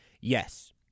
Yes